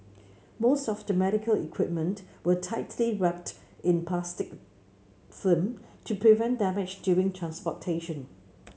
most of the medical equipment were tightly wrapped in plastic film to prevent damage during transportation